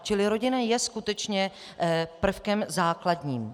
Čili rodina je skutečně prvkem základním.